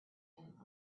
him